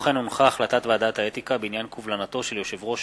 החלטת ועדת האתיקה בעניין קובלנתו של יושב-ראש